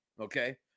Okay